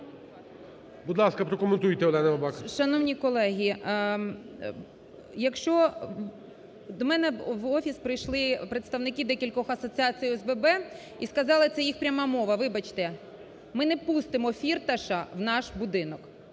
Будь ласка, прокоментуйте. Олена Бабак. 13:57:26 БАБАК А.В. Шановні колеги, якщо… До мене в офіс прийшли представники декількох асоціацій ОСББ і сказали, це їх пряма мова, вибачте: ми не пустимо Фірташа в наш будинок.